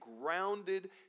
grounded